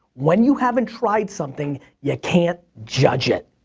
when you haven't tried something you can't judge it.